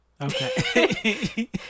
Okay